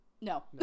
No